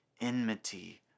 enmity